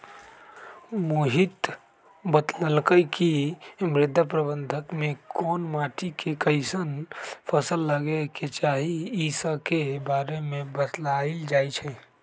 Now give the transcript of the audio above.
मोहित बतलकई कि मृदा प्रबंधन में कोन माटी में कईसन फसल लगे के चाहि ई स के बारे में बतलाएल जाई छई